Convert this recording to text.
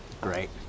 Great